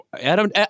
Adam